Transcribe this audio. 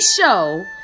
show